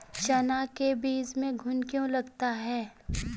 चना के बीज में घुन क्यो लगता है?